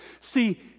See